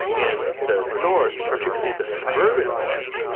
in the north, particularly the suburban north,